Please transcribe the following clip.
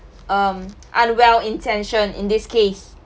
um unwell intention in this case